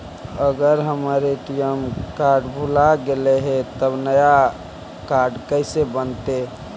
अगर हमर ATM card भुला गैलै हे तब नया काड कइसे बनतै?